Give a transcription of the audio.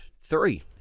Three